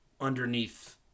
underneath